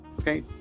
okay